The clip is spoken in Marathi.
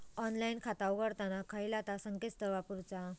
ऑनलाइन खाता उघडताना खयला ता संकेतस्थळ वापरूचा?